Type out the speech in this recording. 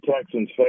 Texans